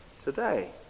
today